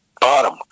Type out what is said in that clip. bottom